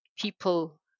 people